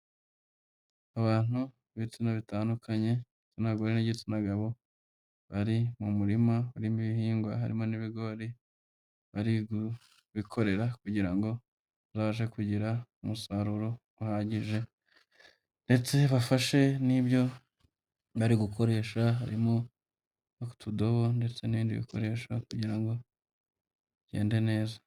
Abantu b'ibitsina bitandukanye n'abagore n'igitsina gabo bari mu murima urimo ibihingwa harimo n'ibigori bari kubikorera kugira ngo babashe kugira umusaruro uhagije, ndetse bafashe n'ibyo bari gukoresha harimo utudobo ndetse n'ibindi bikoresho kugira ngo bigende neza.